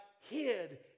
hid